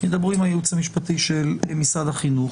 ידברו עם הייעוץ המשפטי של משרד החינוך,